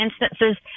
instances